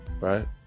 Right